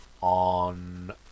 on